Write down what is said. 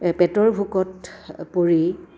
পেটৰ ভোকত পৰি